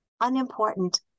unimportant